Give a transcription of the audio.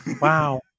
wow